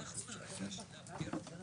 הצבעה ההסתייגות לא נתקבלה ההסתייגות לא התקבלה.